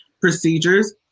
procedures